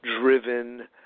driven